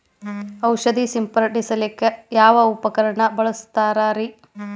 ಔಷಧಿ ಸಿಂಪಡಿಸಕ ಯಾವ ಉಪಕರಣ ಬಳಸುತ್ತಾರಿ?